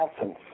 essence